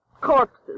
Corpses